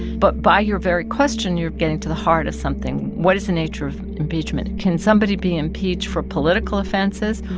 but by your very question, you're getting to the heart of something. what is the nature of impeachment? can somebody be impeached for political offenses?